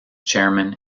chairman